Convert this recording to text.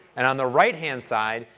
and on the right-hand side,